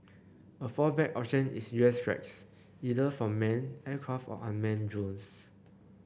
a fallback option is U S strikes either from manned aircraft or unmanned drones